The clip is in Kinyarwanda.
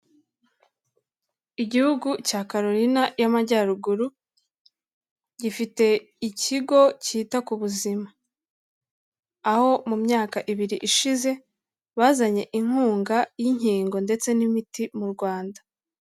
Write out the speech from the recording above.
Igihugu cya Carolina y'amajyaruguru, gifite ikigo cyita ku buzima, aho mu myaka ibiri ishize bazanye inkunga y'inkingo ndetse n'imiti mu Rwanda.